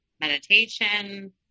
meditation